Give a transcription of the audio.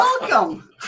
Welcome